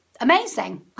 amazing